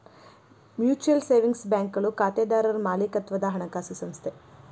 mutual savings ಬ್ಯಾಂಕ್ಗಳು ಖಾತೆದಾರರ್ ಮಾಲೇಕತ್ವದ ಹಣಕಾಸು ಸಂಸ್ಥೆ